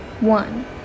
One